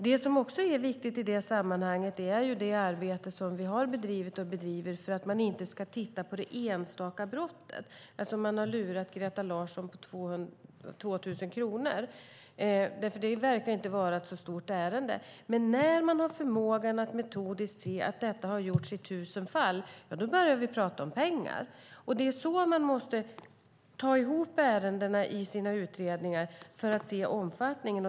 Det som också är viktigt i det sammanhanget är det arbete som vi har bedrivit och bedriver för att man inte ska titta på det enstaka brottet. Man kan ha lurat Greta Larsson på 2 000 kronor. Det verkar inte vara ett så stort ärende. Men när man har förmågan att se på det metodiskt ser man att detta har gjorts i 1 000 fall. Då börjar vi prata om pengar. Det är så man måste sätta ihop ärendena i sina utredningar för att se omfattningen.